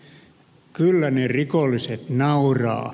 kyllä ne rikolliset nauravat